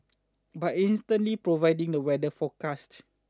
by instantly providing the weather forecast